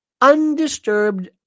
undisturbed